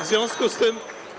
W związku z tym.